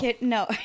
No